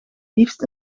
liefst